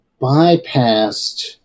bypassed